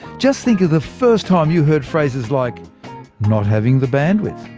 just think of the first time you heard phrases like not having the bandwidth,